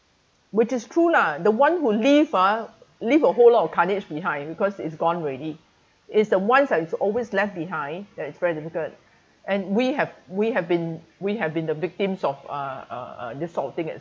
which is true lah the one who leave ah leave a whole lot of carnage behind because it's gone already it's the ones that is always left behind that is very difficult and we have we have been we have been the victims of uh uh uh this sort of thing as